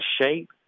shape